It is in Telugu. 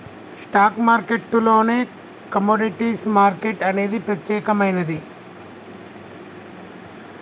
స్టాక్ మార్కెట్టులోనే కమోడిటీస్ మార్కెట్ అనేది ప్రత్యేకమైనది